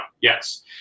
Yes